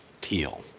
teal